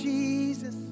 Jesus